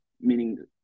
meaning